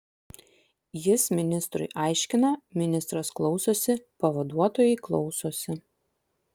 jis ministrui aiškina ministras klausosi pavaduotojai klausosi